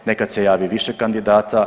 Nekad se javi više kandidata.